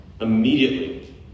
immediately